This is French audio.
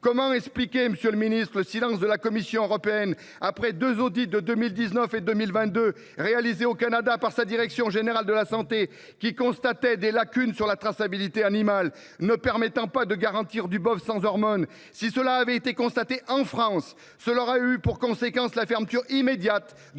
Comment expliquer, monsieur le ministre, le silence de la Commission européenne après les deux audits qu’a réalisés, au Canada, en 2019 et 2022, sa direction générale de la santé, qui constataient des lacunes sur la traçabilité animale ne permettant pas de garantir du bœuf sans hormones ?